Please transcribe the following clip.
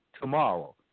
tomorrow